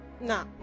no